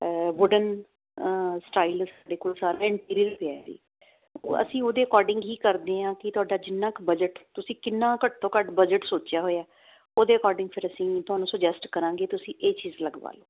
wooden stylish ਸਾਡੇ ਕੋਲ servant reel ਪਿਆ ਸੀ ਉਹ ਅਸੀਂ ਉਹਦੇ ਅਕੋਰਡਿੰਗ ਹੀ ਕਰਦੇ ਆਂ ਕੀ ਤੁਹਾਡਾ ਜਿੰਨਾ ਕ ਬਜਟ ਤੁਸੀਂ ਕਿੰਨਾ ਘੱਟ ਤੋਂ ਘੱਟ ਬਜਟ ਸੋਚਿਆ ਹੋਇਆ ਉਹਦੇ ਅਕੋਰਡਿੰਗ ਫਿਰ ਅਸੀਂ ਤੁਹਾਨੂੰ ਸੁਜਸਟ ਕਰਾਂਗੇ ਤੁਸੀਂ ਇਹ ਚੀਜ਼ ਲਗਵਾਲੋ